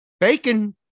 bacon